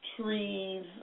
trees